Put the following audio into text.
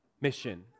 mission